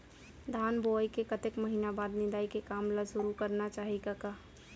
धान बोवई के कतेक महिना बाद निंदाई के काम ल सुरू करना चाही कका?